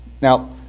Now